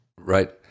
Right